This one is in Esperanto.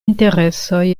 interesoj